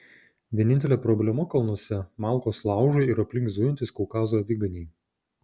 vienintelė problema kalnuose malkos laužui ir aplink zujantys kaukazo aviganiai